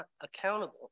accountable